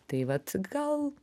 tai vat gal